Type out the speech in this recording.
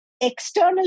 External